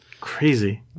Crazy